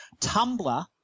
Tumblr